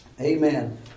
Amen